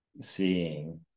seeing